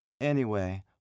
Anyway